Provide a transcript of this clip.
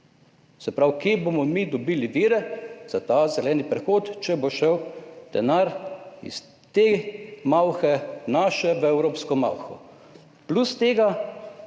Se pravi, od kod bomo mi dobili vire za ta zeleni prehod, če bo šel denar iz te naše malhe v evropsko malho? Plus tega